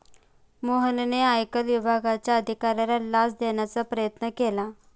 मोहनने आयकर विभागाच्या अधिकाऱ्याला लाच देण्याचा प्रयत्न केला